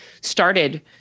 started